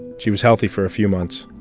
she was healthy for a few months.